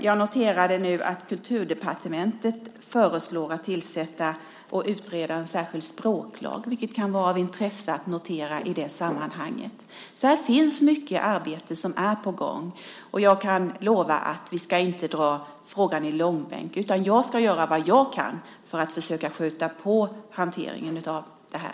Jag noterade att Kulturdepartementet föreslår att man ska utreda en särskild språklag, vilket kan vara av intresse i det sammanhanget. Det är mycket arbete på gång här. Jag kan lova att vi inte ska dra frågan i långbänk. Jag ska göra vad jag kan för att försöka skjuta på hanteringen av detta.